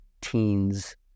teens